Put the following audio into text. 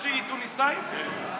תוניסאית,